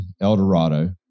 Eldorado